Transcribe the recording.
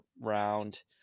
round